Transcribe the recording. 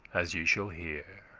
as ye shall hear.